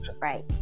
Right